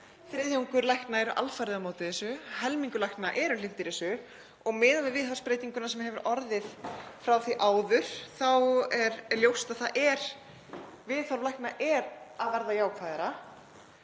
þriðjungur lækna er alfarið á móti þessu og helmingur lækna er hlynntur þessu og miðað við viðhorfsbreytinguna sem hefur orðið frá því áður þá er ljóst að viðhorf lækna er að verða jákvæðara.